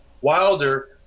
Wilder